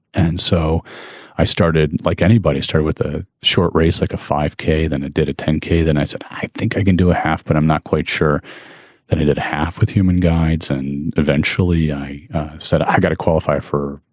and so i started like anybody start with a short race like a five k than it did a ten k. then i said, i think i can do a half, but i'm not quite sure that i did a half with human guides. and eventually i said i've got to qualify for,